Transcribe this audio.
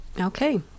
Okay